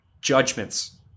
judgments